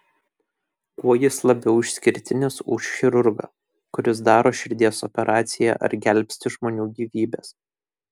kuo jis labiau išskirtinis už chirurgą kuris daro širdies operaciją ar gelbsti žmonių gyvybes